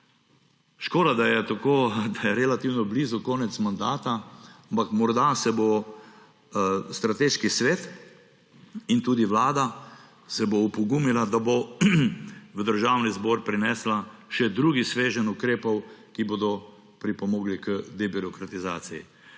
Škoda, da je relativno blizu konec mandata, ampak morda se bo Strateški svet in tudi Vlada opogumila, da bo v Državni zbor prinesla še drugi sveženj ukrepov, ki bodo pripomogli k debirokratizaciji.